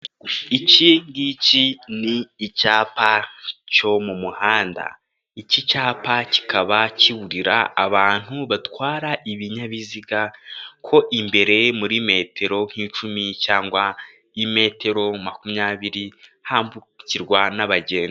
Iki ngiki ni icyapa cyo mu muhanda, iki cyapa kikaba kiburira abantu batwara ibinyabiziga ko imbere muri metero nk'icumi cyangwa y'imetero makumyabiri hambukirwa n'abagenzi.